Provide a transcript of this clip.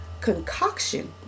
concoction